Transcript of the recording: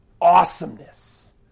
awesomeness